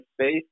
space